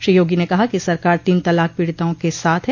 श्री योगी ने कहा कि सरकार तीन तलाक पीड़िताओं के साथ है